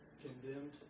condemned